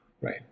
right